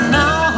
now